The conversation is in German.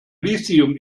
lithium